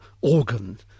organ